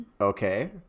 okay